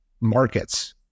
markets